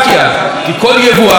רצית להביא שואב אבק חדש,